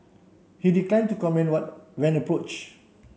he declined to comment one when approach